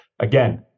again